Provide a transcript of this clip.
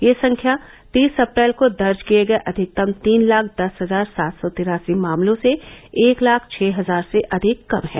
यह संख्या तीस अप्रैल को दर्ज किये गये अधिकतम तीन लाख दस हजार सात सौ तिरासी मामलों से एक लाख छः हजार से अधिक कम है